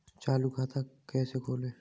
चालू खाता कैसे खोलें?